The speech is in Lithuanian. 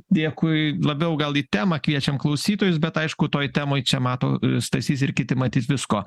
dėkui labiau gal į temą kviečiam klausytojus bet aišku toj temoj čia mato stasys ir kiti matyt visko